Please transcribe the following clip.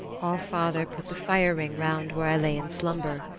all-father put the fire-ring round where i lay in slumber.